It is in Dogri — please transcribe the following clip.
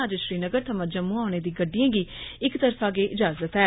अज्ज श्रीनगर थमां जम्मू औने दी गड्डियें गी इकतरफा गै इजाजत ऐ